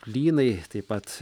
plynai taip pat